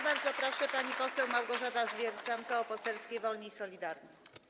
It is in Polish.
Bardzo proszę, pani poseł Małgorzata Zwiercan, Koło Poselskie Wolni i Solidarni.